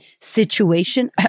situation